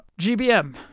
GBM